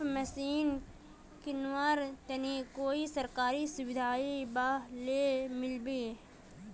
Pump machine किनवार तने कोई सरकारी सुविधा बा लव मिल्बी?